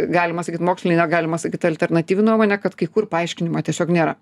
galima sakyt mokslinė galima sakyt alternatyvi nuomonė kad kai kur paaiškinimo tiesiog nėra